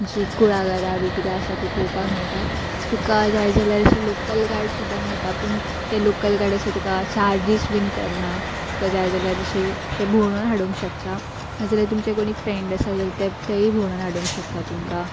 जी कुळागरां बी कितें आसा ती पोवपाक मेळटा तुका जाय जाल्यार अशें लोकल गायड सुद्दां मेळटा पूण ते लोकल गायड अशें तुका चार्जीस बीन करनात तुका जाय जाल्यार अशें ते भोंवणोवन हाडूंक शकता नाजाल्यार तुमचे कोणी फ्रेंड आसा जाल्यार तेय भोंवणोवन हाडूंक शकता तुमकां